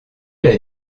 l’a